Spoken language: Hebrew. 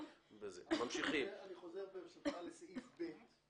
ברשותך, אני חוזר לסעיף (ב).